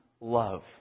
love